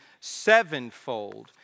sevenfold